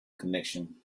connection